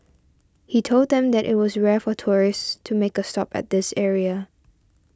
he told them that it was rare for tourists to make a stop at this area